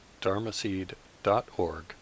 dharmaseed.org